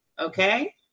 Okay